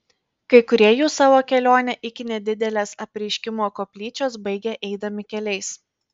kai kurie jų savo kelionę iki nedidelės apreiškimo koplyčios baigė eidami keliais